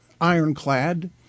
ironclad